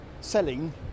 selling